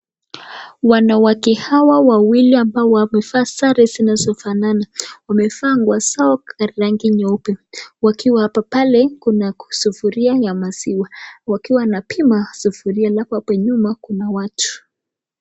Wanawake hawa wawili ambao wamevaa sare zinazo fanana wamevaa nguo zao za rangi nyeupe wakiwa hapa pale kuna sufuria ya maziwa wakiwa wanapa sufuria alafu hapa nyuma kuna watu.